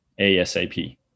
ASAP